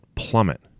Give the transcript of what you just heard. Plummet